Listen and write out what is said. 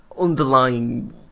underlying